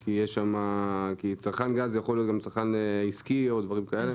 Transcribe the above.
כי צרכן גז יכול להיות גם צרכן עסקי או דברים כאלה.